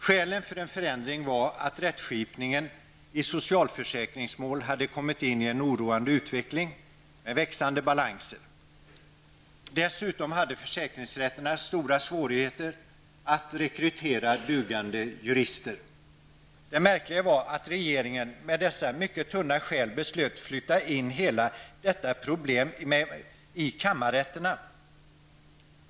Skälen för en förändring var att rättskipningen i socialförsäkringsmål hade kommit in i en oroande utveckling med växande balanser och att försäkringsrätterna dessutom hade stora svårigheter att rekrytera dugande jurister. Det märkliga var att regeringen med dessa mycket tunna skäl beslöt att flytta in hela detta problem i kammarrätterna.